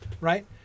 right